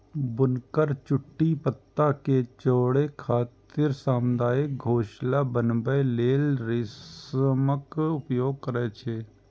बुनकर चुट्टी पत्ता कें जोड़ै खातिर सामुदायिक घोंसला बनबै लेल रेशमक उपयोग करै छै